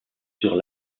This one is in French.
sur